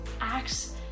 acts